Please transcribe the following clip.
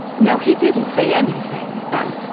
no, he didn't say anything about,